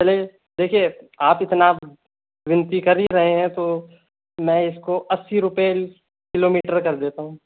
देखिए आप इतना विनती कर ही रहे हैं तो मैं इसको अस्सी रुपए किलोमीटर कर देता हूँ